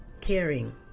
caring